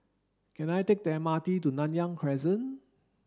can I take the M R T to Nanyang Crescent